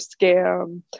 scam